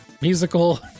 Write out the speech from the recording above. musical